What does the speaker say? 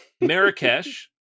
marrakesh